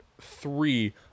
three